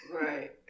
Right